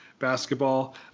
basketball